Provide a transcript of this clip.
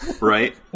Right